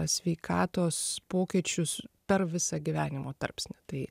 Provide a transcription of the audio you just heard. sveikatos pokyčius per visą gyvenimo tarpsnį tai